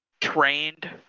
trained